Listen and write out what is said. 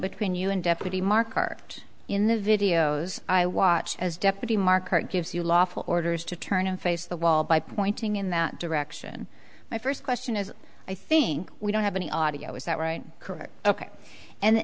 between you and deputy marker in the videos i watched as deputy mark karr gives you lawful orders to turn and face the wall by pointing in that direction my first question is i think we don't have any audio is that right correct ok and